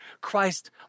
Christ